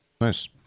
Nice